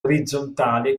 orizzontale